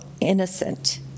innocent